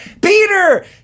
Peter